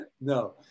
No